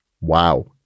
Wow